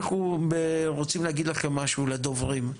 אנחנו רוצים להגיד לכם משהו, לדוברים,